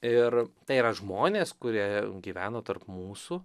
ir tai yra žmonės kurie gyveno tarp mūsų